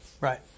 right